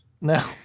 No